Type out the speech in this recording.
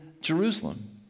Jerusalem